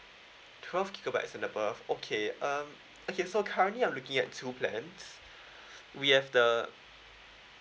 twelve gigabyte and above okay uh okay so currently I'm looking at two plans we have the